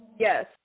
Yes